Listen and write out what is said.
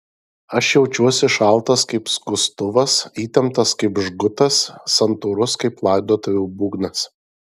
aš jaučiuosi šaltas kaip skustuvas įtemptas kaip žgutas santūrus kaip laidotuvių būgnas